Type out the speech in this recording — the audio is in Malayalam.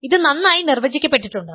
ഇത് നന്നായി നിർവചിക്കപ്പെട്ടിട്ടുണ്ട്